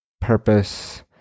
Purpose